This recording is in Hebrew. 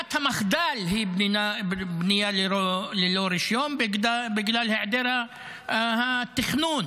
ברירת המחדל היא בנייה ללא רישיון בגלל היעדר התכנון.